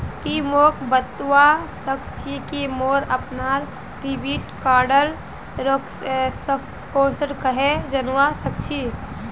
ति मोक बतवा सक छी कि मोर अपनार डेबिट कार्डेर स्कोर कँहे जनवा सक छी